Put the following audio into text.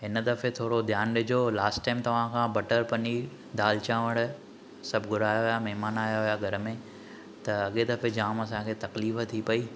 हिन दफ़े थोड़ो ध्यान ॾिजो लास्ट टाइम तव्हां खां बटर पनीर दाल चावंर सभु घुराया हुआ महिमान आया हुआ घर में त अॻिए दफ़े जाम असां खे तकलीफ़ थी पई